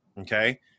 okay